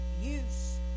use